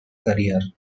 career